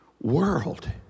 world